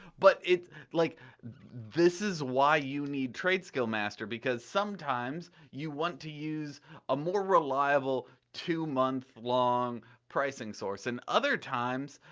but like this is why you need tradeskillmaster, because sometimes you want to use a more reliable two month long pricing source and other times,